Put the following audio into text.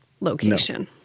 location